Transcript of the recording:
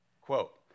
Quote